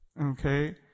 Okay